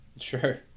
Sure